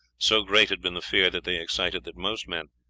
so great had been the fear that they excited that most men,